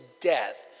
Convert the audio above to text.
death